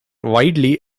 widely